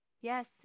Yes